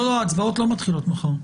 לא, ההצבעות לא מתחילות מחר.